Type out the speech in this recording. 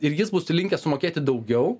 ir jis bus linkęs sumokėti daugiau